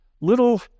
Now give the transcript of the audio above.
little